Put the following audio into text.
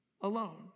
alone